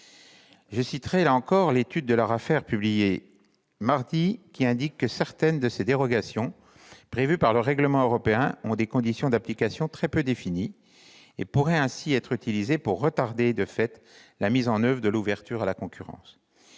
Je citerai, là encore, l'étude de l'ARAFER publiée mardi dernier ; elle indique que certaines des dérogations prévues par le règlement européen ont des conditions d'application très peu définies et pourraient ainsi être utilisées pour retarder, de fait, la mise en oeuvre de l'ouverture à la concurrence.